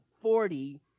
forty